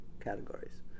categories